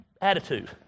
attitude